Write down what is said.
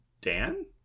Dan